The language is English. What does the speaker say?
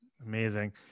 Amazing